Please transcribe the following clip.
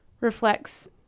reflects